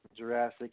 Jurassic